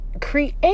create